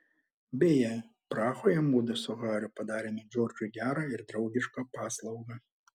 beje prahoje mudu su hariu padarėme džordžui gerą ir draugišką paslaugą